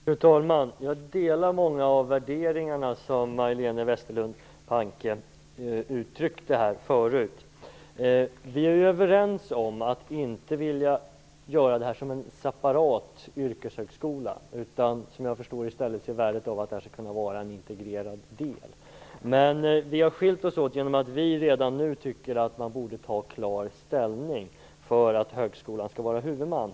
Fru talman! Jag delar många av de värderingar som Majléne Westerlund Panke tidigare uttryckte här. Vi är överens om att vi inte vill göra detta till en separat yrkeshögskola och att vi ser värdet av, som jag förstår det, att det kan vara en integrerad del. Men vi har skilt oss åt genom att Centerpartiet tycker att man redan nu bör ta klar ställning för att högskolan skall vara huvudman.